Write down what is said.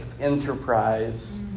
enterprise